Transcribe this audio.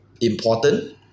important